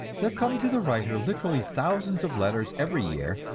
there come to the writer literally thousands of letters every year,